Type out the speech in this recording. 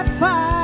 fire